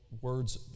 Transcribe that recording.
words